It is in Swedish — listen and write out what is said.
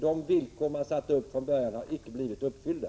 De villkor man satte upp från början har nämligen icke blivit uppfyllda.